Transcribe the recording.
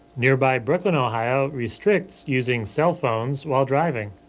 nearby brooklyn, ohio, restricts using cell phones while driving.